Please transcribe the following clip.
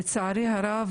לצערי הרב,